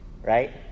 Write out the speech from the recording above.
right